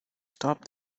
stop